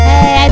Hey